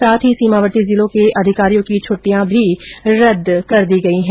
साथ ही सीमावर्ती जिलों के अधिकारियों की छटियां भी रदद कर दी गयी हैं